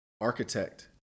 Architect